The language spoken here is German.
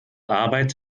arbeit